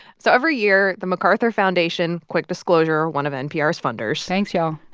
so every year, the macarthur foundation quick disclosure, one of npr's funders. thanks, y'all.